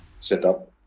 setup